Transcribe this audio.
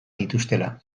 dituztela